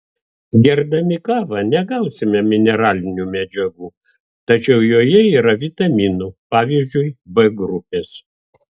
gerdami kavą negausime mineralinių medžiagų tačiau joje yra vitaminų pavyzdžiui b grupės